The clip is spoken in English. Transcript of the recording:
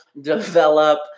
develop